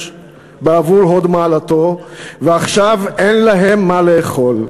בעבור הוד מעלתו ועכשיו אין להם מה לאכול.